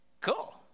cool